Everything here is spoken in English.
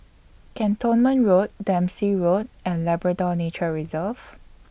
Cantonment Road Dempsey Road and Labrador Nature Reserve